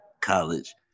college